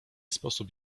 sposób